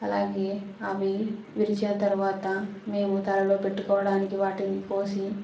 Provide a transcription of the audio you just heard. అలాగే అవి విరిచిన తరువాత మేము తలలో పెట్టుకోవడానికి వాటిని కోసి